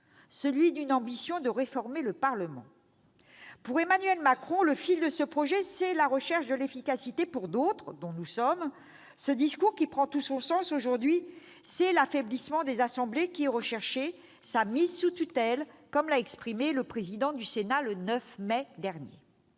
: l'ambition de réformer le Parlement. Pour Emmanuel Macron, le fil de ce projet est la recherche de l'efficacité. Pour d'autres, dont nous sommes, au travers de ce discours qui prend tout son sens aujourd'hui, c'est l'affaiblissement des assemblées qui est recherché, leur « mise sous tutelle », comme l'a exprimé le président du Sénat le 9 mai dernier.